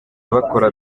bakora